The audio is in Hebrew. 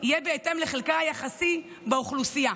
יהיה בהתאם לחלקה היחסי באוכלוסייה.